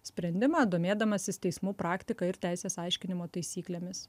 sprendimą domėdamasis teismų praktika ir teisės aiškinimo taisyklėmis